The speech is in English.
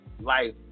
life